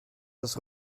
das